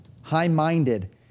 high-minded